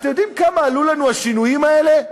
אתם יודעים כמה עלו לנו השינויים האלה?